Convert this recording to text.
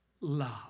love